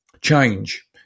change